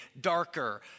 darker